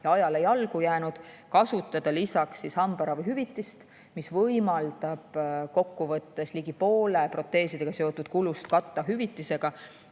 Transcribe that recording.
on ajale jalgu jäänud, kasutada hambaravihüvitist, mis võimaldab kokkuvõttes ligi poole proteesidega seotud kulust katta hüvitisega.